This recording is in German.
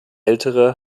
ältere